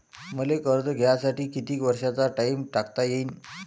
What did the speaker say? मले कर्ज घ्यासाठी कितीक वर्षाचा टाइम टाकता येईन?